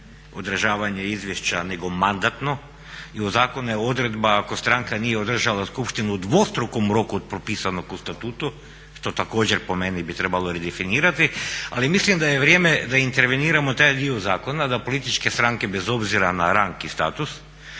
održavanje izvješća nego mandatno i u zakonu je odredba ako stranka nije održala skupštinu u dvostrukom roku od propisanog u Statutu što također po meni bi trebalo redefinirati, ali mislim da je vrijeme da interveniramo taj dio zakona da političke stranke bez obzira na rang i status